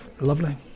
Lovely